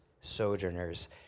sojourners